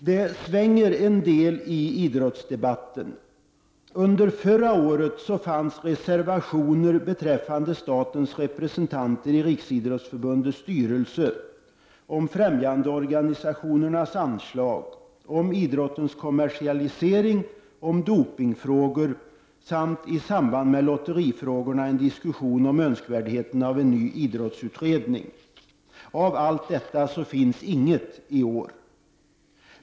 Det svänger en del i idrottsdebatten. Under förra året fanns reservationer beträffande statens representanter i Riksidrottsförbundets styrelse, främjandeorganisationernas anslag, idrottens kommmersialisering, dopingfrågor och i samband med lotterifrågorna en diskussion om önskvärdheten av en ny idrottsutredning. Av allt detta finns inget i år.